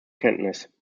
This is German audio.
kenntnis